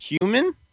human